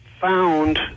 found